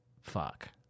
Fuck